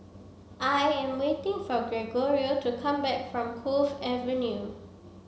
I am waiting for Gregorio to come back from Cove Avenue